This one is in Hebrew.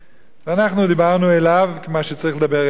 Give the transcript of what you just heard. ואנחנו דיברנו אליו כמו שצריך לדבר אליו,